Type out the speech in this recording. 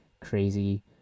crazy